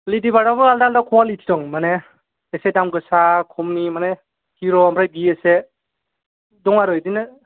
लेदिबोर्दाबो आलदा आलदा कुवालिटि दं माने एसे दाम गोसा खमनि माने हिर' ओमफ्राय बि एस ए दं आरो बिदिनो